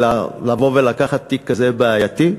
לבוא ולקחת תיק כזה בעייתי?